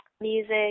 music